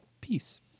peace